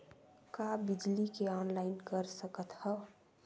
का बिजली के ऑनलाइन कर सकत हव?